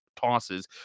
tosses